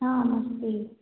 आम् अस्ति